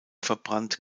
verbrannt